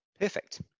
Perfect